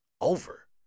over